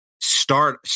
start